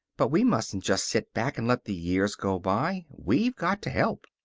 but we mustn't just sit back and let the years go by. we've got to help.